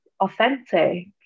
authentic